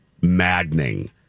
maddening